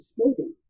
smoothing